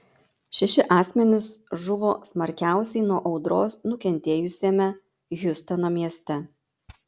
šeši asmenys žuvo smarkiausiai nuo audros nukentėjusiame hjustono mieste